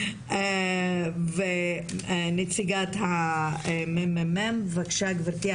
יסכה, נציגת הממ"מ, בבקשה גברתי.